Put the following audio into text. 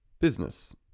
business